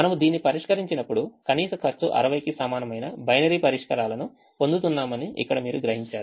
మనము దీనిని పరిష్కరించినప్పుడు కనీస ఖర్చు 60 కి సమానమైన బైనరీ పరిష్కారాలను పొందుతున్నామని ఇక్కడ మీరు గ్రహించారు